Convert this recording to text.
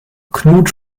knut